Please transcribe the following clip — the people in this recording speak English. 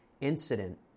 incident